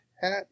hat